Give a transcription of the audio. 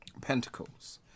Pentacles